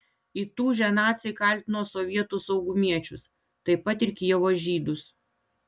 įtūžę naciai kaltino sovietų saugumiečius taip pat ir kijevo žydus